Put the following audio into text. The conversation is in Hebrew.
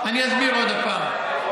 אני אסביר עוד פעם.